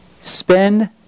spend